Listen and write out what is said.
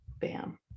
Bam